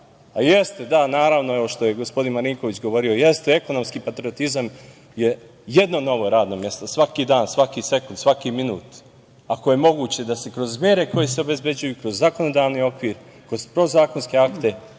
Jeste, da, naravno, ovo što je i gospodin Marinković govorio, jeste, ekonomski patriotizam je jedno novo radno mesto, svaki dan, svaki sekund, svaki minut ako je moguće da se kroz mere koje se obezbeđuju, kroz zakonodavni okvir, kroz podzakonske akte,